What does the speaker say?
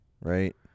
right